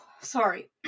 Sorry